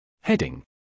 Heading